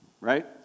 right